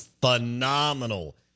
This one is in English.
phenomenal